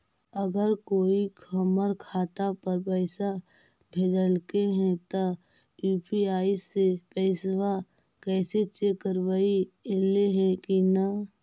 अगर कोइ हमर खाता पर पैसा भेजलके हे त यु.पी.आई से पैसबा कैसे चेक करबइ ऐले हे कि न?